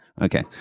Okay